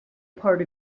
part